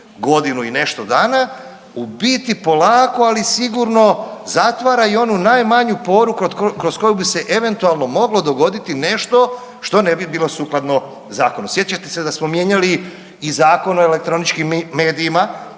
godinu i nešto dana u biti polako, ali sigurno zatvara i onu najmanju poru kroz koju bi se eventualno moglo dogoditi nešto što ne bi bilo sukladno zakonu. Sjećate se da smo mijenjali i Zakon o elektroničkim medijima